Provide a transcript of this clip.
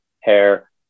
hair